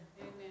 amen